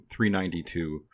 392